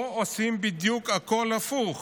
פה עושים בדיוק הכול הפוך.